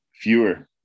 fewer